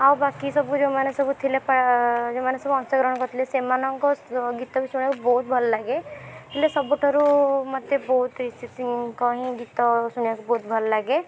ଆଉ ବାକି ସବୁ ଯେଉଁମାନେ ସବୁ ଥିଲେ ଯେଉଁମାନେ ସବୁ ଅଂଶ ଗ୍ରହଣ କରିଥିଲେ ସେମାନଙ୍କ ଗୀତ ବି ଶୁଣିବାକୁ ବହୁତ ଭଲ ଲାଗେ ହେଲେ ସବୁଠାରୁ ମୋତେ ବହୁତ ରିସି ସିଂଙ୍କ ହିଁ ଗୀତ ଶୁଣିବାକୁ ବହୁତ ଭଲ ଲାଗେ